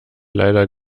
leider